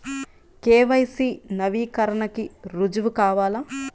KYC నవీకరణకి రుజువు కావాలా?